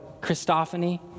Christophany